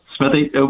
Smithy